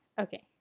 Okay